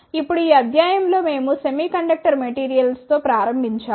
ఇప్పుడు ఈ అధ్యాయం లో మేము సెమీకండక్టర్ మెటీరియల్తో ప్రారంభించాము